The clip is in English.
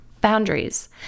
Boundaries